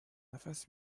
نفس